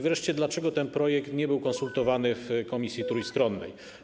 Wreszcie dlaczego ten projekt nie był konsultowany w Komisji Trójstronnej?